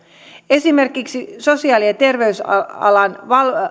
esimerkiksi sosiaali ja terveysalan lupa ja